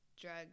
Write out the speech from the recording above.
drug